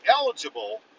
eligible